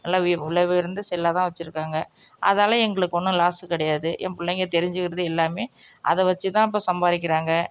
நல்ல விலை உயர்ந்த செல்லாக தான் வெச்சுருக்காங்க அதால் எங்களுக்கு ஒன்றும் லாஸ்ஸு கிடையாது என் பிள்ளைங்க தெரிஞ்சுக்கிறது எல்லாமே அதை வெச்சு தான் இப்போ சம்பாதிக்கிறாங்க